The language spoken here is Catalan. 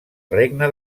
regne